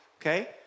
okay